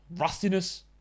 rustiness